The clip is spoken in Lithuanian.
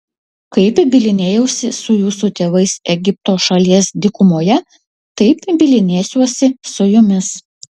kaip bylinėjausi su jūsų tėvais egipto šalies dykumoje taip bylinėsiuosi su jumis